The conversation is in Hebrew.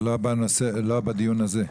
זה לא בדיון הזה.